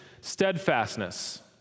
steadfastness